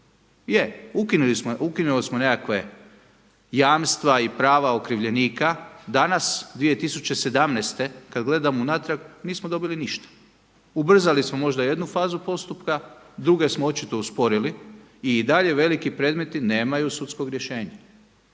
Je, ukinuli smo nekakva jamstva i prava okrivljenika, danas 2017. kada gledam unatrag nismo dobili ništa. Ubrzali smo možda jednu fazu postupka, druge smo očito usporili i i dalje veliki predmeti nemaju sudskog rješenja.